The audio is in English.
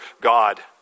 God